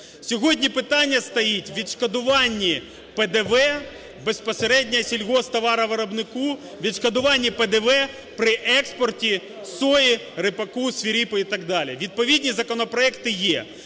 Сьогодні питання стоїть у відшкодування ПДВ безпосередньо сільгосптоваровиробнику, відшкодування ПДВ при експорті сої, ріпаку, свиріпи і так далі. Відповіді законопроекти є.